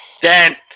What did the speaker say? Dan